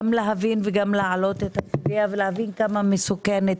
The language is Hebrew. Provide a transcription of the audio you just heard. להבין וגם להעלות את הסוגיה ולהבין כמה היא מסוכנת,